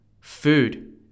food